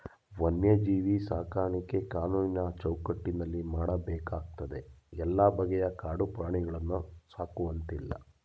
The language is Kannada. ವನ್ಯಜೀವಿ ಸಾಕಾಣಿಕೆ ಕಾನೂನಿನ ಚೌಕಟ್ಟಿನಲ್ಲಿ ಮಾಡಬೇಕಾಗ್ತದೆ ಎಲ್ಲ ಬಗೆಯ ಕಾಡು ಪ್ರಾಣಿಗಳನ್ನು ಸಾಕುವಂತಿಲ್ಲ